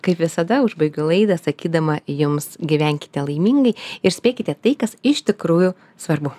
kaip visada užbaigiu laidą sakydama jums gyvenkite laimingai ir spėkite tai kas iš tikrųjų svarbu